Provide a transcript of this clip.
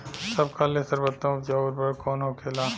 सबका ले सर्वोत्तम उपजाऊ उर्वरक कवन होखेला?